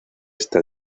esta